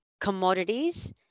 commodities